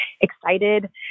excited